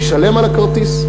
משלם על הכרטיס,